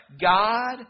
God